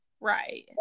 Right